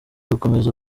gukomeza